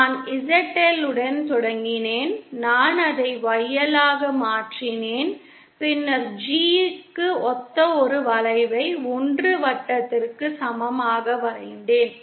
நான் ZL உடன் தொடங்கினேன் நான் அதை YL ஆக மாற்றினேன் பின்னர் G க்கு ஒத்த ஒரு வளைவை 1 வட்டத்திற்கு சமமாக வரைந்தேன்